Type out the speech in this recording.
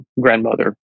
grandmother